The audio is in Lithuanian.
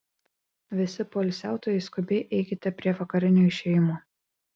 visi poilsiautojai skubiai eikite prie vakarinio išėjimo